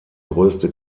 größte